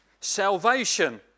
Salvation